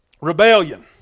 Rebellion